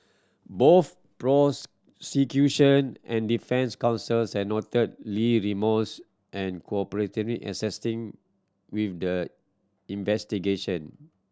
both and defence counsels had noted Lee remorse and cooperativeness in assisting with the investigation